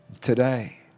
Today